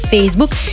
Facebook